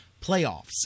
playoffs